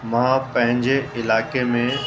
मां पंहिंजे इलाइक़े में